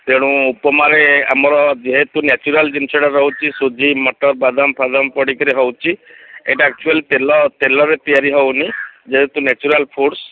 ତେଣୁ ଉପମାରେ ଆମର ଯେହେତୁ ନ୍ୟାଚୁରାଲ୍ ଜିନିଷଟା ରହୁଛି ସୁଜି ମଟର ବାଦାମ ଫାଦାମ ପଡ଼ି କରି ହେଉଛି ଏଇଟା ଆକ୍ଚୁଆଲି ତେଲ ତେଲରେ ତିଆରି ହେଉନି ଯେହେତୁ ନ୍ୟାଚୁରାଲ୍ ଫୁଡ୍ସ